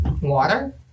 Water